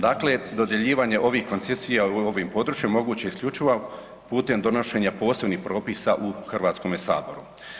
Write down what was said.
Dakle, dodjeljivanje ovih koncesija u ovim područjima moguće je isključivo putem donošenja posebnih propisa u Hrvatskome saboru.